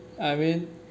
I mean